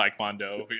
taekwondo